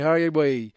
Highway